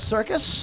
Circus